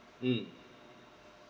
mm